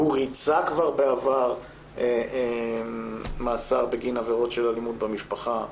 הוא ריצה כבר בעבר מאסר בגין עבירות של אלימות במשפחה,